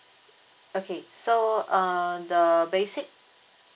okay so uh the basic